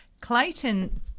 Clayton